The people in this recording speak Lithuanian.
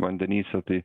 vandenyse tai